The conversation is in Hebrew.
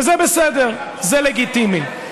וזה בסדר, זה לגיטימי.